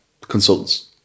Consultants